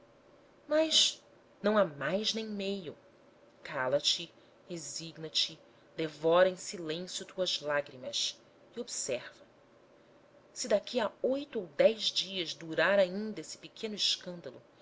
mas não há mais nem meio cala-te resigna te devora em silêncio tuas lágrimas e observa se daqui a oito ou dez dias durar ainda esse pequeno escândalo